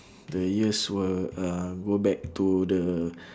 the years were uh go back to the